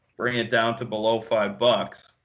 bring it down to below five but